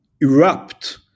erupt